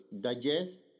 digest